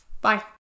Bye